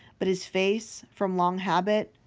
but his face, from long habit,